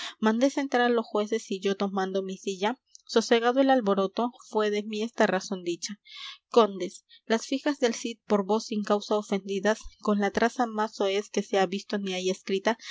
mandé sentar á los jueces y yo tomando mi silla sosegado el alboroto fué de mí esta razón dicha condes las fijas del cid por vos sin causa ofendidas con la traza más soez que se ha visto ni hay escrita